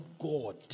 God